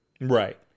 Right